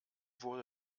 wurde